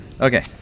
Okay